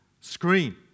screen